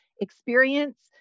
experience